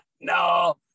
No